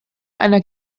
einer